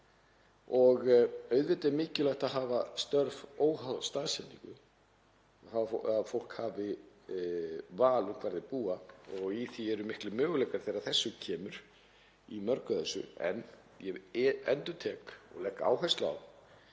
Auðvitað er mikilvægt að hafa störf óháð staðsetningu, að fólk hafi val um hvar það býr og í því eru miklir möguleikar þegar kemur að þessu í mörgu af þessu, en ég endurtek og legg áherslu á